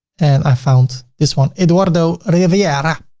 and i found this one eduardo riviera